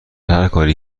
هرکاری